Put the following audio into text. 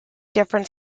different